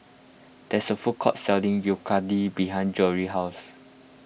there's a food court selling Yakitori behind Jory's house